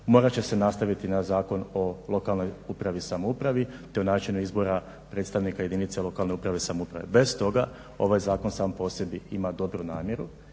morat će se nastaviti na zakon o lokalnoj upravi i samoupravi te o načinu izbora predstavnika jedinica lokalne uprave i samouprave. bez toga ovaj zakon sam po sebi ima dobru namjeru